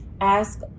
ask